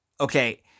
Okay